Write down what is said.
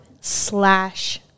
slash